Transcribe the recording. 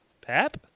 pap